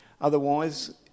Otherwise